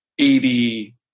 80